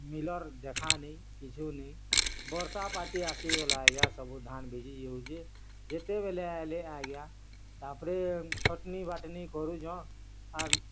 miller ଦେଖା ନେଇଁ କିଛୁ ନେଇଁ ବର୍ଷାପାତି ଆସିଗଲେ ଆଜ୍ଞା ସବୁ ଧାନ୍ ଭିଜି ଯାଉଛେ ଯେତେବେଳେ ଆଏଲେ ଆଜ୍ଞା ତା'ପରେ ଛଟ୍ନୀ ବାଟ୍ନୀ କରୁଛନ୍ ଆର୍